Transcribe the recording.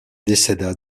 décéda